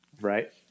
Right